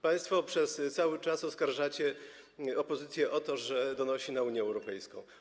Państwo przez cały czas oskarżacie opozycję o to, że donosi Unii Europejskiej.